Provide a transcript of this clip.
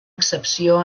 excepció